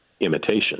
imitation